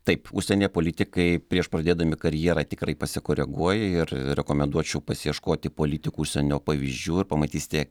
taip užsienyje politikai prieš pradėdami karjerą tikrai pasikoreguoja ir rekomenduočiau pasiieškoti politikų užsienio pavyzdžių ir pamatysite